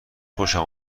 خوشم